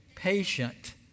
Patient